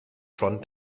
schon